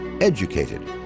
EDUCATED